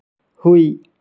ꯍꯨꯏ